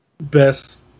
Best